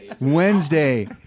Wednesday